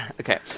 Okay